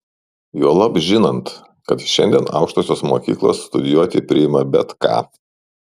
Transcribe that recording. juolab žinant kad šiandien aukštosios mokyklos studijuoti priima bet ką